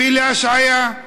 הביא להשעיה.